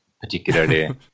particularly